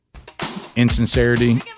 Insincerity